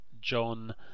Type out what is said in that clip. John